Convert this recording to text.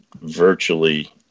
virtually